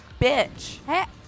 bitch